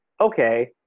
okay